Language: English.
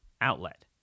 outlet